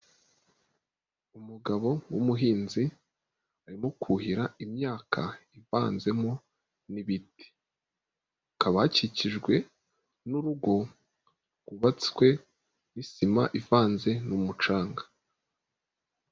Umugabo w'umuhinzi, arimo kuhira imyaka ivanzemo n'ibiti, habakikijwe n'urugo, rwubatswe n'isima ivanze n'umucanga.